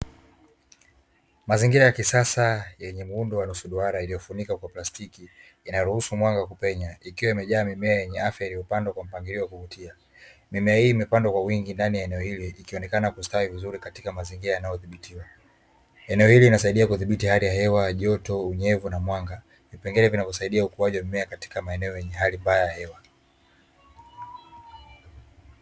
Mazingira ya kisasa yenye muundo wa nusuduara yaliyofunikwa Kwa plastiki, inaruhusu mwanga kupenya. Ikiwa imejaa mimea yenye afya iliyopandwa kwa mpangilio wa kuvutia. Mimea hii imepandwa kwa wingi ndani ya eneo hili, ikionekana kustawi vizuri katika mazingira yanayothibitiwa. Eneo hili linasaidia kuthibiti hali ya hewa, joto, unyevu na mwanga, vipengele vinavyosaidia ukuaji wa mmea katika maeneo yenye hali mbaya ya hewa.